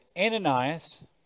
Ananias